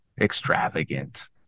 extravagant